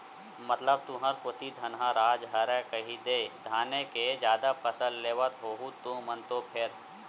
मतलब तुंहर कोती धनहा राज हरय कहिदे धाने के जादा फसल लेवत होहू तुमन तो फेर?